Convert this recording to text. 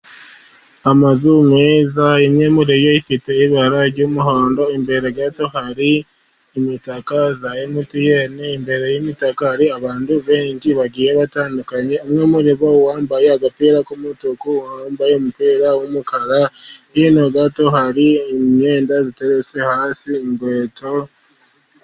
Amazu meza yimuye ifite ibara ry'umuhondo, imbere gato hari imitaka za emutiyeni , imbere y'imitaka hari abantu benshi bagiye batandukanye, umwe muribo yambaye agapira k'umutuku, uwambaye umupira w'umukara hino gato hari imyenda ziteretse hasi inkweto...